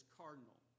cardinal